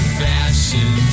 fashion